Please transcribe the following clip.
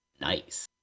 nice